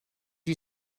you